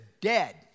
dead